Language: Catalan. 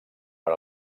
per